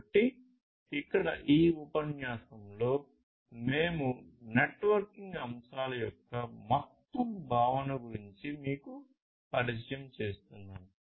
కాబట్టి ఇక్కడ ఈ ఉపన్యాసంలో మేము నెట్వర్కింగ్ అంశాల యొక్క మొత్తం భావన గురించి మీకు పరిచయం చేస్తున్నాము